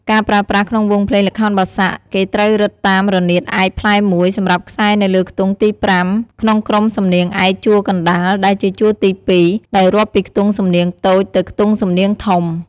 ការប្រើប្រាស់ក្នុងវង់ភ្លេងល្ខោនបាសាក់ គេត្រូវរឹតតាមរនាតឯកផ្លែ១ សំរាប់ខ្សែនៅលើខ្ទង់ទី៥ ក្នុងក្រុមសំនៀងឯកជួរកណ្ដាល ដែលជា ជួរទី២ ដោយរាប់ពីខ្ទង់សំនៀងតូចទៅខ្ទង់សំនៀងធំ។